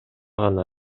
гана